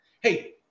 hey